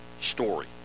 story